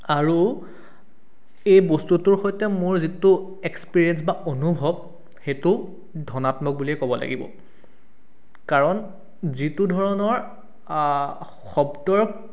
আৰু এই বস্তুটোৰ সৈতে মোৰ যিটো এক্সপেৰিয়েঞ্চ বা অনুভৱ সেইটো ধনাত্মক বুলিয়ে ক'ব লাগিব কাৰণ যিটো ধৰণৰ শব্দ